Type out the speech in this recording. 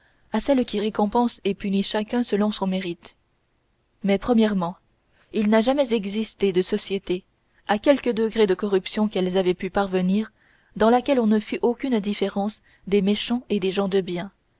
à celle qui récompense et punit chacun selon son mérite mais premièrement il n'a jamais existé de société à quelque degré de corruption qu'elles aient pu parvenir dans laquelle on ne fît aucune différence des méchants et des gens de bien